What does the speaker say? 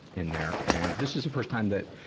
in there. and this is the first time that,